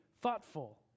thoughtful